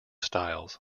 styles